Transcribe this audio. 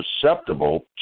susceptible